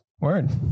Word